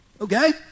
Okay